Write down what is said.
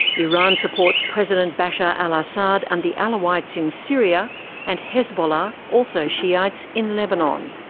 iran supports president bashar al-assad and the alawites in syria and hezbollah also shiites in lebanon.